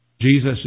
Jesus